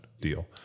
deal